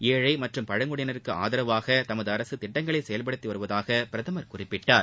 ஏழை மற்றும் பழங்குடியினருக்கு ஆதரவாக தமது அரசு திட்டங்களை செயல்படுத்தி வருவதாக அவர் குறிப்பிட்டார்